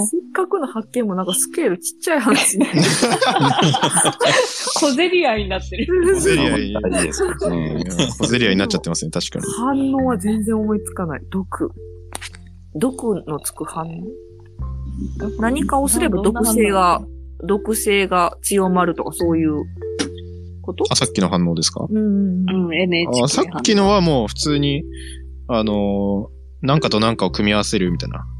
せっかくの発見もなんかスケールちっちゃい話ね。 小競り合いになってる。小競り合い。大事ですね。小競り合いになっちゃってますね、確かに。反応は全然思いつかない。毒。毒のつく反応？何かをすれば毒性が、どんな反応？毒性が強まるとかそういうこと？あ、さっきの反応ですか？うんうんうん。うん、あ、NHK-さっきのはもう普通に、あの、なんかとなんかを組み合わせるみたいな。